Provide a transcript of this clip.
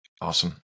Awesome